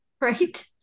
Right